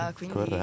Quindi